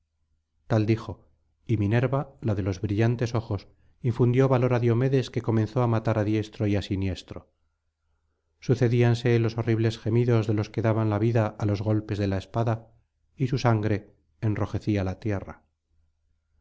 tal dijo y minerva la de los brillantes ojos infundió valor á diomedes que comenzó á matar á diestro y á siniestro sucedíanse los horribles gemidos de los que daban la vida á los golpes de la espada y su sangre enrojecía la tierra